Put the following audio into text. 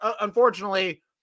Unfortunately